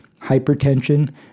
hypertension